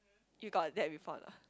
you got that before or not